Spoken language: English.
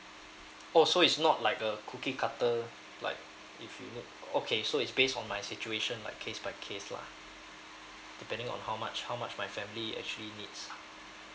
oh so it's not like the cookie cutter like if you get okay so it's based on my situation like case by case lah depending on how much how much my family actually needs